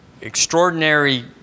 extraordinary